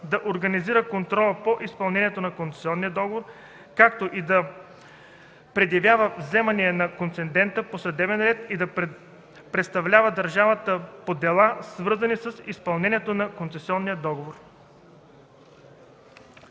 „да организира контрола по изпълнението на концесионния договор, както и да предявява вземанията на концедента по съдебен ред и да представлява държавата по дела, свързани с изпълнението на концесионния договор”.”